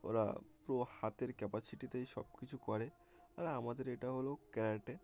ওরা পুরো হাতের ক্যাপাসিটিতেই সব কিছু করে আর আমাদের এটা হলো ক্যারাটে